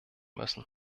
müssen